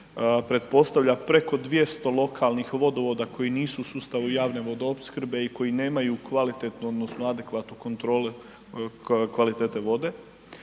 pretpostavlja preko 200 lokalnih vodovoda koji nisu u sustavu javne vodoopskrbe i koji nemaju kvalitetnu odnosno adekvatnu kontrolu kvalitete vode,